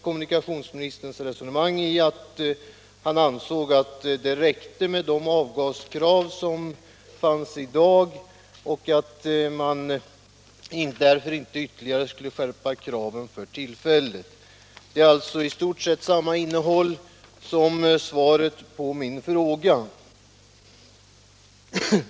Kommunikationsministerns resonemang utmynnade i att han ansåg att det räckte med de avgasreningskrav som finns i dag och att man därför inte ytterligare skulle skärpa kraven för tillfället. Det var alltså i stort sett samma innehåll i vad kommunikationsministern då sade som i svaret på min fråga.